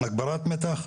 הגברת מתח,